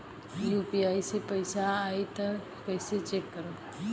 UPI से पैसा आई त कइसे चेक करब?